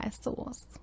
sauce